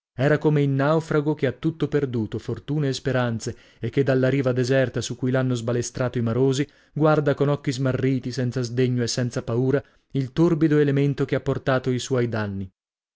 era come il naufrago che ha tutto perduto fortune e speranze e che dalla riva deserta su cui l'hanno sbalestrato i marosi guarda con occhi smarriti senza sdegno e senza paura il torbido elemento che ha portato i suoi danni